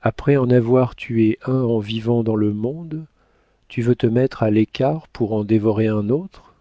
après en avoir tué un en vivant dans le monde tu veux te mettre à l'écart pour en dévorer un autre